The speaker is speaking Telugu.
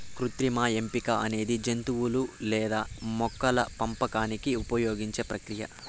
కృత్రిమ ఎంపిక అనేది జంతువులు లేదా మొక్కల పెంపకానికి ఉపయోగించే ప్రక్రియ